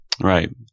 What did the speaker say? Right